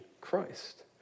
Christ